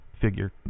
figure